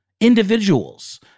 individuals